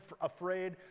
afraid